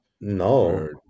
No